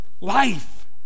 life